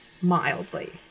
mildly